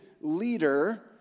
leader